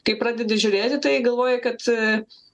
kai pradedi žiūrėti tai galvoji kad